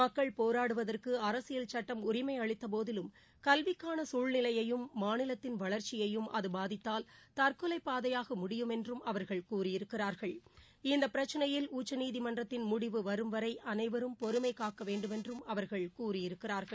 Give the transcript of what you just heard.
மக்கள் போராடுவதற்கு அரசியல் சுட்டம் உரிமை அளித்த போதிலும் கல்விக்கான சூழ்நிலையையும் மாநிலத்தின் வளர்ச்சியையும் அது பாதித்தால் தற்கொலைப் பாதையாக முடியும் என்றும் அவர்கள் கூறியிருக்கிறார்கள் இந்தப் பிரச்னையில் உச்சநீதிமன்றத்தின் முடிவு வரும்வரை அனைவரும் பொறுமை காக்க வேண்டுமென்றும் அவர்கள் கூறியிருக்கிறார்கள்